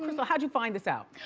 kind of how'd you find this out?